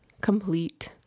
complete